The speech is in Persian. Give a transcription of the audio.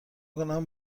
کنم